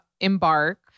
Embark